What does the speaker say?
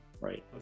Right